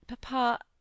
Papa